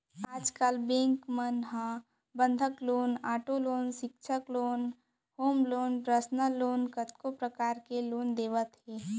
आज बेंक मन ह बंधक लोन, आटो लोन, सिक्छा loan, home loan, personal loan कतको परकार ले लोन देवत हे